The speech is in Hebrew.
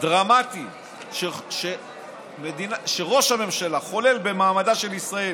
דרמטי שראש הממשלה חולל במעמדה של ישראל.